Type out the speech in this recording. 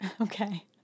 Okay